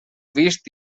vist